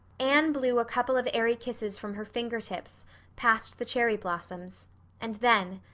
anne blew a couple of airy kisses from her fingertips past the cherry blossoms and then,